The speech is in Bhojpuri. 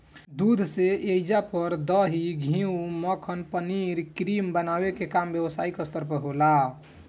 दूध से ऐइजा पर दही, घीव, मक्खन, पनीर, क्रीम बनावे के काम व्यवसायिक स्तर पर होला